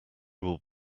will